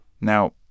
Now